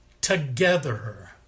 together